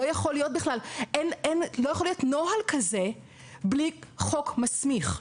לא יכול להיות נוהל כזה בלי חוק מסמיך.